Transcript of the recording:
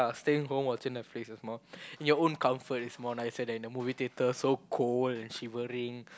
staying home watching Netflix is more in your own comfort is more nicer than the movie theatre so cold and shivering